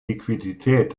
liquidität